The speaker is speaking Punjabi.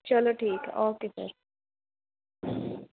ਚਲੋ ਠੀਕ ਆ ਓਕੇ ਸਰ